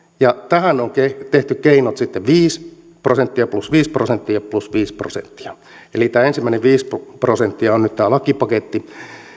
ja tähän on tehty keinot sitten viisi prosenttia plus viisi prosenttia plus viisi prosenttia eli tämä ensimmäinen viisi prosenttia on nyt tämä lakipaketti